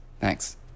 Thanks